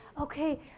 Okay